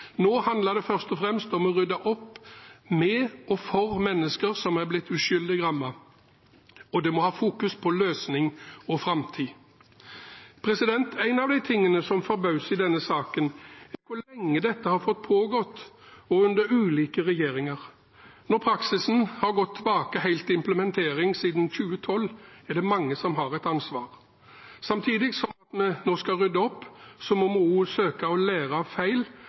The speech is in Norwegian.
Nå handler det først og fremst om å rydde opp med og for mennesker som er blitt uskyldig rammet, og det må fokuseres på løsning og framtid. En av de tingene som forbauser i denne saken, er hvor lenge dette har fått pågå, og under ulike regjeringer. Når praksisen går helt tilbake til implementeringen i 2012, er det mange som har et ansvar. Samtidig som vi nå skal rydde opp, må vi også søke å lære av feil